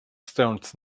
stojąc